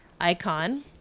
icon